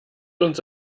uns